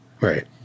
Right